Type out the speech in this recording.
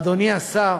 אדוני השר,